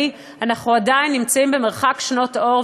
אנחנו עדיין נמצאים במרחק שנות אור,